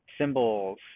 Symbols